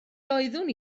doeddwn